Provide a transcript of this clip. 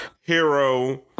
Hero